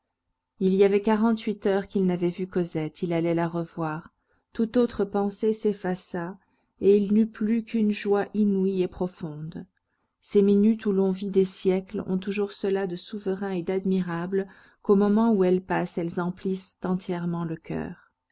il y avait quarante-huit heures qu'il n'avait vu cosette il allait la revoir toute autre pensée s'effaça et il n'eut plus qu'une joie inouïe et profonde ces minutes où l'on vit des siècles ont toujours cela de souverain et d'admirable qu'au moment où elles passent elles emplissent entièrement le coeur